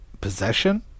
Possession